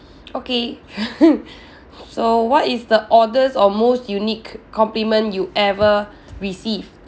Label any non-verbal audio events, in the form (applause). okay (laughs) so what is the oddest or most unique compliment you ever received